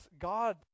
God